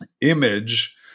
image